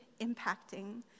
impacting